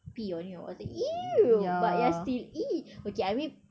pee on it or what !eww! but ya still !ee! okay I mean